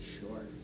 Sure